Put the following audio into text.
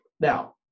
Now